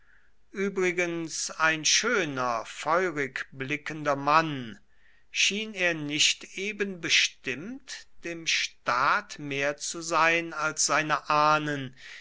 übrigens ein schöner feurig blickender mann schien er nicht eben bestimmt dem staat mehr zu sein als seine ahnen